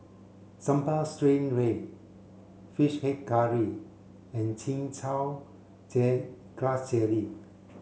sambal stingray fish head curry and chin chow grass jelly